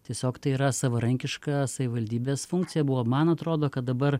tiesiog tai yra savarankiška savivaldybės funkcija buvo man atrodo kad dabar